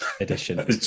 edition